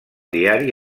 diari